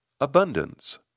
Abundance